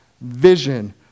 vision